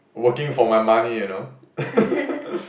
working for my money you know